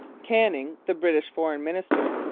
canning, the british foreign minister,